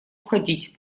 уходить